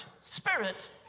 Spirit